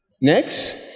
Next